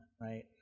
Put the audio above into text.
right